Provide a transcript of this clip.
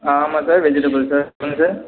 ஆ ஆமாம் sir vegetable sir சொல்லுங்கள் sir